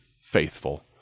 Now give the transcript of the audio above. faithful